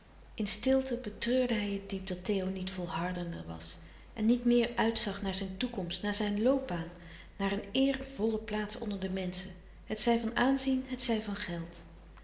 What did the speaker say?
in stilte betreurde hij het diep dat theo niet volhardender was en niet meer uit zag naar zijn toekomst naar zijn loopbaan naar een louis couperus de stille kracht eervolle plaats onder de menschen hetzij van aanzien hetzij van geld